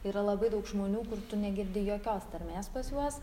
yra labai daug žmonių kur tu negirdi jokios tarmės pas juos